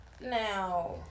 Now